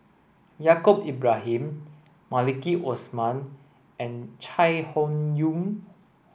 Yaacob Ibrahim Maliki Osman and Chai Hon Yoong